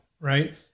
right